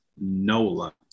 Nola